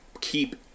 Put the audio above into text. keep